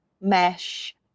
mesh